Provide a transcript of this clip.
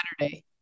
Saturday